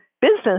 business